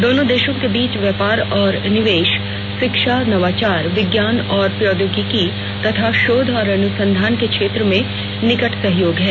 दोनों देशों के बीच व्यापार और निवेश शिक्षा नवाचार विज्ञान और प्रौद्योगिकी तथा शोध और अनुसंधान के क्षेत्रों में निकट सहयोग है